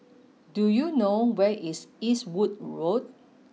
do you know where is Eastwood Road